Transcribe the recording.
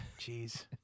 Jeez